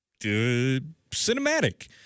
cinematic